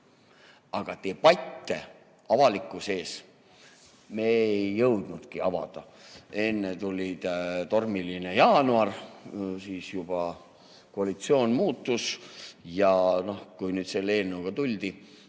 Aga debatte avalikkuse ees me ei jõudnudki avada. Enne tuli tormiline jaanuar, siis juba koalitsioon muutus ja kui nüüd selle eelnõuga tuldi,